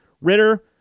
Ritter